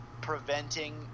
preventing